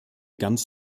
ganz